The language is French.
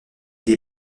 des